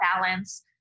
balance